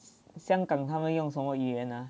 香港他们用什么语言啊